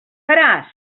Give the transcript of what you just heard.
faràs